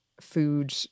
food